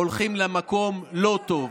הולכים למקום לא טוב.